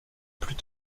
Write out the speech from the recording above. plus